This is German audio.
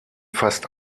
fast